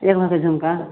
एक भरि कऽ झुमका